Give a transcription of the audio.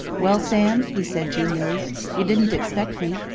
well, sam, he said, genially you didn't expect me?